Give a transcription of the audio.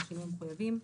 בשינויים המחויבים.